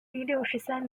第六十三